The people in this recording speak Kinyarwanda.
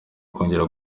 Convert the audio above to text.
kongera